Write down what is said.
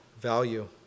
value